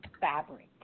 fabric